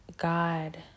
God